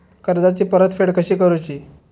कर्जाची परतफेड कशी करुची?